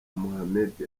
muhammed